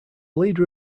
leader